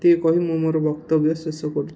ଏତିକି କହି ମୁଁ ମୋର ବକ୍ତବ୍ୟ ଶେଷ କରୁଛି